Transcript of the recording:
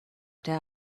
der